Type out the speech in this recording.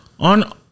On